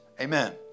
Amen